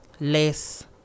less